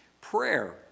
prayer